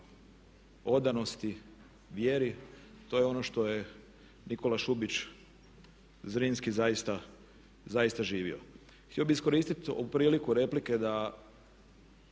odanosti, vjeri. To je ono što je Nikola Šubić Zrinski zaista živio. Htio bih iskoristiti ovu priliku replike da